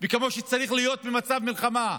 וכמו שצריך להיות במצב מלחמה,